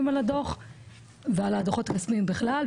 על הדו"ח ועל הדו"חות הכספיים בכלל,